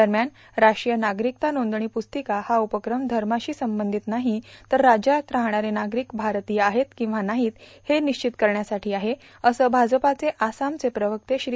दरम्यान राष्ट्रीय नागरिकता नोंदणी पुस्तिका हा उपक्रम धर्माशी संबंधित वाही तर राज्यात राहणारे वागरिक भारतीय आहेत किंवा वाहीत हे विश्वित करण्यासाठी आहे असं भाजपाचे आसामचे प्रवक्ते श्री